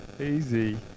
Easy